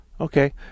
Okay